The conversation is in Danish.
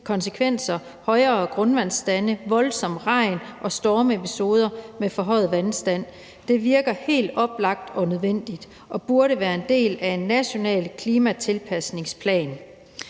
konsekvenser i form af højere grundvandsstand, voldsom regn og stormepisoder med forhøjet vandstand. Det virker helt oplagt og nødvendigt og burde være en del af en national klimatilpasningsplan.